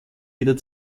wieder